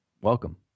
Welcome